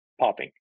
popping